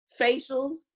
facials